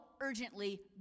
urgently